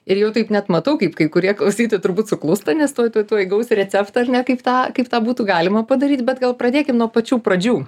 ir jau taip net matau kaip kai kurie klausytojai turbūt suklūsta nes tuoj tuoj tuoj gaus receptą ar ne kaip tą kaip tą būtų galima padaryt bet gal pradėkim nuo pačių pradžių